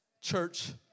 Church